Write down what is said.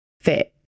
fit